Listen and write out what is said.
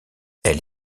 elle